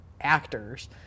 actors